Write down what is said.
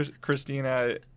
Christina